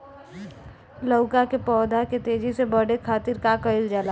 लउका के पौधा के तेजी से बढ़े खातीर का कइल जाला?